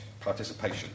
participation